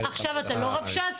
רבש"ץ?